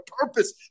purpose